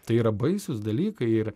tai yra baisūs dalykai ir